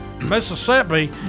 Mississippi